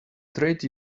trade